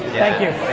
thank you.